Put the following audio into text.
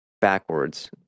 backwards